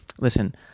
listen